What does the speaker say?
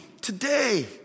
today